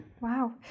Wow